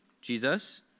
Jesus